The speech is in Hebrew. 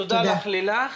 תודה לך, לילך.